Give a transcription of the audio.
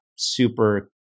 super